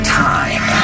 time